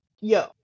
yo